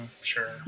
Sure